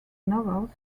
novels